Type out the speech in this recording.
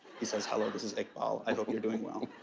he says, hello, this is ikbal. i hope you're doing well.